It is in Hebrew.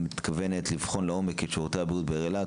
ומתכוונת לבחון לעומק את שירותי הבריאות בעיר אילת.